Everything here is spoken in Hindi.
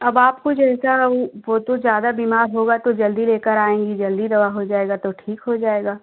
अब आपको जैसा वह वह तो ज़्यादा बीमार होगा तो जल्दी लेकर आएँगी जल्दी दवा हो जाएगी तो ठीक हो जाएगा